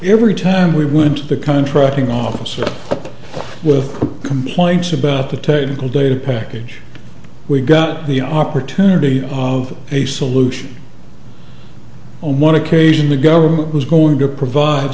every time we went to the contracting officer with complaints about the technical data package we got the opportunity of a solution on one occasion the government was going to provide